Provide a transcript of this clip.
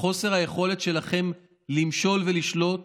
וחוסר היכולת שלכם למשול ולשלוט